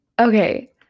okay